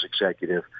executive